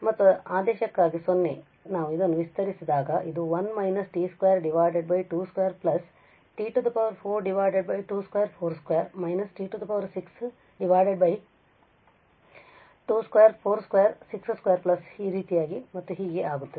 ಮತ್ತು ಆದೇಶಕ್ಕಾಗಿ 0 ನಾವು ಇದನ್ನು ವಿಸ್ತರಿಸಿದಾಗ ಇದು 1 − t 2 2 2 t 4 2 24 2 − t 6 2 24 26 2 ⋯⋯ ಮತ್ತು ಹೀಗೆ ಆಗುತ್ತದೆ